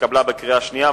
נתקבלה בקריאה שנייה,